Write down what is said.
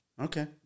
Okay